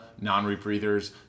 non-rebreathers